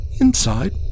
Inside